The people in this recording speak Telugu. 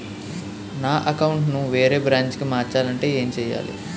నా అకౌంట్ ను వేరే బ్రాంచ్ కి మార్చాలి అంటే ఎం చేయాలి?